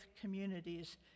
communities